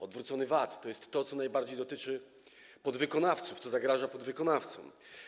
Odwrócony VAT to jest to, co najbardziej dotyczy podwykonawców, co zagraża podwykonawcom.